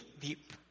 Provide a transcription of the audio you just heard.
deep